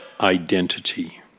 identity